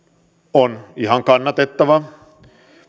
on ihan kannatettava